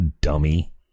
dummy